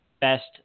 best